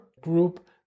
group